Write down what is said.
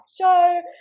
show